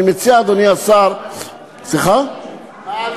אני מציע, אדוני השר, מה העלות?